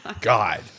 God